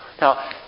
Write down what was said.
now